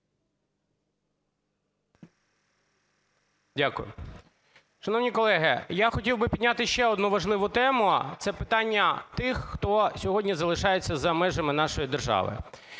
Дякую. Шановні колеги, я хотів би підняти ще одну важливу тему – це питання тих, хто сьогодні залишається за межами нашої держави.